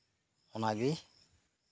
ᱚᱱᱟᱜᱮ